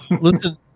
Listen